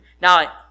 Now